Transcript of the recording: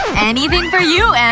anything for you, em!